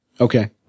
Okay